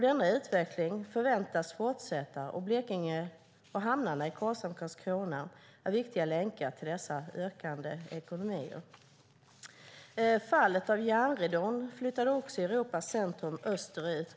Denna utveckling förväntas fortsätta, och Blekinge och hamnarna i Karlshamn och Karlskrona är viktiga länkar till dessa ökande ekonomier. Järnridåns fall flyttade Europas centrum österut.